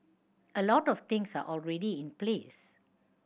a lot things are already in place